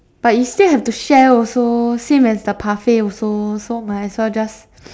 but you still have to share also same as the parfait also so might as well just